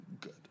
good